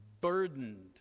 burdened